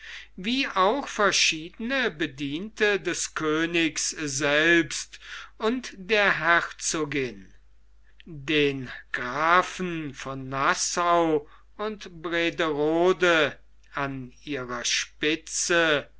wie auch verschiedene bediente des königs selbst und der herzogin den grafen von nassau und brederoden an ihrer spitze